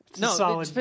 No